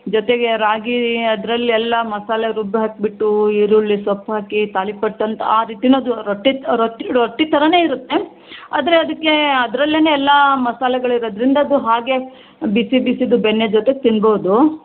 ಜೊತೆಗೆ ರಾಗಿ ಅದರಲ್ಲೆಲ್ಲ ಮಸಾಲೆ ರುಬ್ಬಿ ಹಾಕಿಬಿಟ್ಟು ಈರುಳ್ಳಿ ಸೊಪ್ಪು ಹಾಕಿ ತಾಲಿಪಟ್ಟು ಅಂತ ಆ ರೀತಿನೂ ಅದು ರೊಟ್ಟಿ ರೊಟ್ಟಿ ರೊಟ್ಟಿ ಥರನೇ ಇರುತ್ತೆ ಆದರೆ ಅದಕ್ಕೆ ಅದ್ರಲ್ಲೆ ಎಲ್ಲ ಮಸಾಲೆಗಳು ಇರೋದ್ರಿಂದ ಅದು ಹಾಗೇ ಬಿಸಿ ಬಿಸೀದು ಬೆಣ್ಣೆ ಜೊತೆ ತಿನ್ನಬಹ್ದು